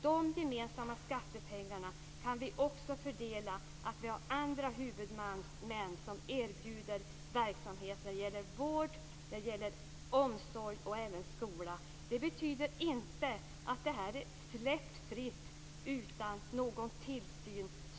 De gemensamma skattepengarna kan vi också fördela om vi har andra huvudmän som erbjuder verksamhet när det gäller vård, omsorg och skola. Det här är inte släppt utan någon tillsyn.